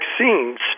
vaccines